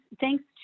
Thanks